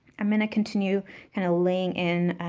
i'm going to continue kind of laying in